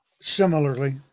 Similarly